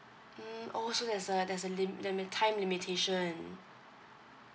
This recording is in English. mm oh so there's a there's a lim~ I mean time limitation